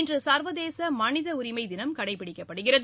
இன்று சர்வதேச மனித உரிமை தினம் கடைப்பிடிக்கப்படுகிறது